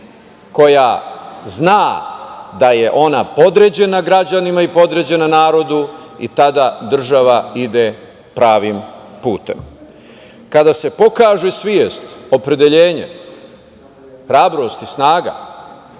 koja zna da je ona podređena građanima i podređena narodu i tada država ide pravim putem. Kada se pokaže svest, opredelenje, hrabrost i snaga